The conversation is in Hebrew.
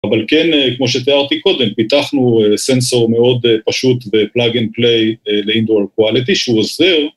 אבל כן, כמו שתיארתי קודם, פיתחנו סנסור מאוד פשוט בפלאג אנד פליי לאינדואר קואליטי, שהוא עוזר.